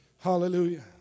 Hallelujah